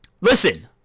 Listen